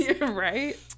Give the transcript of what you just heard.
Right